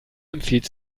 empfiehlt